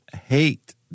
hate